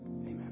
Amen